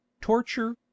torture